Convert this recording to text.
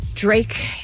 Drake